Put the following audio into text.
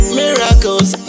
miracles